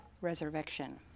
resurrection